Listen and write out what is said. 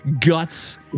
guts